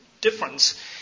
difference